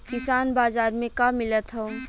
किसान बाजार मे का मिलत हव?